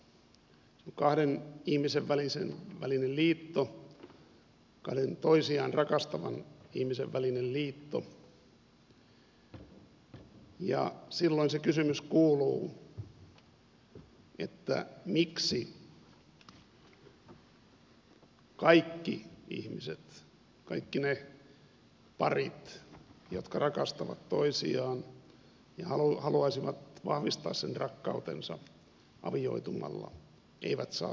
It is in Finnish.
se on kahden ihmisen välinen liitto kahden toisiaan rakastavan ihmisen välinen liitto ja silloin se kysymys kuuluu että miksi kaikki ihmiset kaikki ne parit jotka rakastavat toisiaan ja haluaisivat vahvistaa sen rakkautensa avioitumalla eivät saa siihen oikeutta